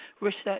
research